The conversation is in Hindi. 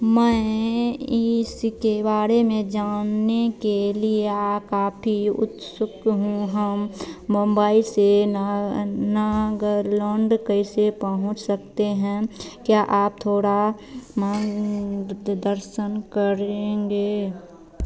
मैं इसके बारे में जानने के लिए काफ़ी उत्सुक हूँ हम मुम्बई से नागालैण्ड कैसे पहुँच सकते हैं क्या आप थोड़ा मार्गदर्शन करेंगे